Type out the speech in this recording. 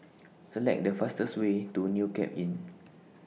Select The fastest Way to New Cape Inn